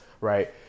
right